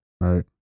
right